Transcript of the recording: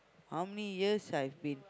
how many years I've been